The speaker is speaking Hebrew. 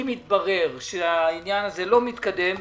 אם התברר שהעניין הזה לא מתקדם,